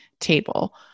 table